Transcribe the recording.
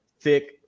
thick